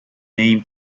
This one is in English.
name